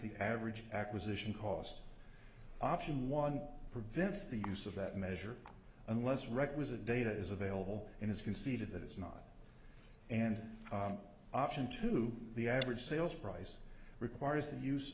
the average acquisition cost option one prevents the use of that measure unless requisite data is available in his conceded that it's not and option to the average sales price requires the use